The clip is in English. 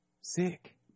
Sick